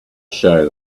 show